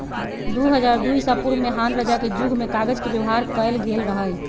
दू हज़ार दू ईसापूर्व में हान रजा के जुग में कागज के व्यवहार कएल गेल रहइ